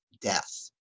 death